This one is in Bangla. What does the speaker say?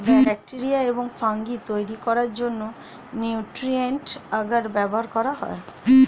ব্যাক্টেরিয়া এবং ফাঙ্গি তৈরি করার জন্য নিউট্রিয়েন্ট আগার ব্যবহার করা হয়